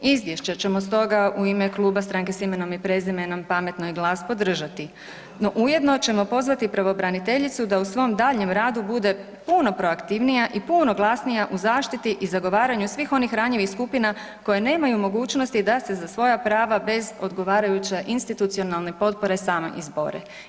Izviješće ćemo stoga u ime Kluba Stranke s Imenom i Prezimenom, Pametno i GLAS podržati no ujedno ćemo pozvati pravobraniteljicu da u svom daljnjem radu bude proaktivnija i puno glasnija u zaštiti i zagovaranju svih onih ranjivih skupina koje nemaju mogućnosti da se za svoja prava bez odgovarajuće institucionalne potpore sami izbore.